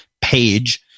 page